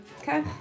Okay